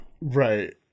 right